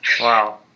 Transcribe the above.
Wow